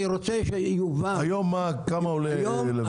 אני רוצה שיובן -- כמה עולה היום?